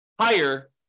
higher